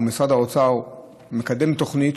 או משרד האוצר מקדם תוכנית,